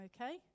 Okay